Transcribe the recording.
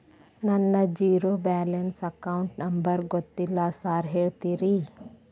ನನ್ನ zero balance account number ಗೊತ್ತಿಲ್ಲ sir ಹೇಳ್ತೇರಿ?